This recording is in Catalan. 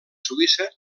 suïssa